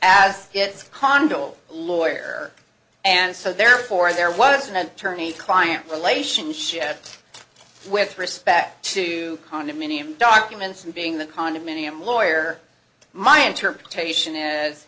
is condo lawyer and so therefore there was an attorney client relationship with respect to condominium documents and being the condominium lawyer my interpretation is